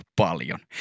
paljon